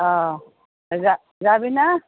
অঁ যাবি না